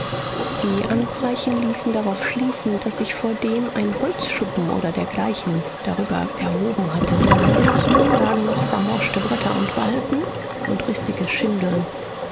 die anzeichen ließen darauf schließen daß sich vordem ein holzschuppen oder dergleichen darüber erhoben hatte denn ringsum lagen noch vermorschte bretter und balken und rissige schindeln